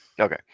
okay